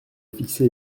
fixé